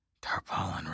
Tarpaulin